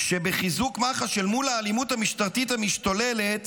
שבחיזוק מח"ש אל מול האלימות המשטרתית המשתוללת,